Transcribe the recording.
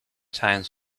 times